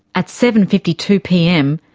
at seven. fifty two pm,